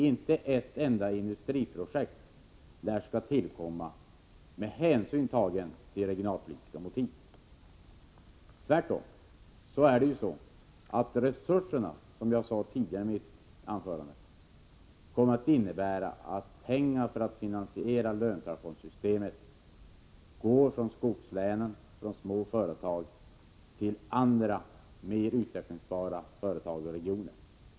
Inte ett enda industriprojekt lär tillkomma med hänsyn tagen till regionalpolitiska motiv. Tvärtom kommer fonderna, som jag sade i mitt tidigare anförande, att innebära att pengar för att finansiera löntagarfondssystemet går från skogslänen, från småföretag, till andra, mer utvecklingsbara regioner och företag.